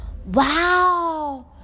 Wow